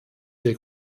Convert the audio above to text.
der